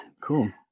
cool